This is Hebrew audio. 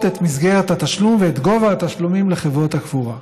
את מסגרת התשלום ואת גובה התשלומים לחברות הקבורה.